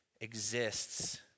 exists